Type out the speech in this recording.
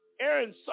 Aaron